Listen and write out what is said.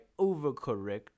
overcorrect